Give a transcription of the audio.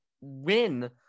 win